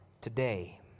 today